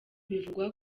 bivugwa